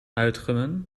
uitgommen